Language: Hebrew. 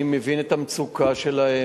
אני מבין את המצוקה שלהם.